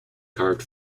carved